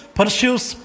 pursues